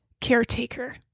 caretaker